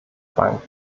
bank